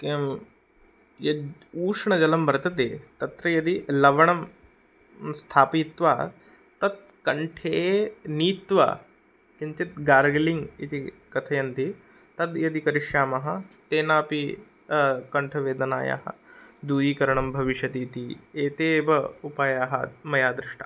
किं य उष्णजलं वर्तते तत्र यदि लवणं स्थापयित्वा तत् कण्ठे नीत्वा किञ्चित् गार्ग्लिलिङ् इति कथयन्ति तद् यदि करिष्यामः तेनापि कण्ठवेदनायाः दूरीकरणं भविष्यति इति एते एव उपायाः मया दृष्टा